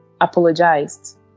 apologized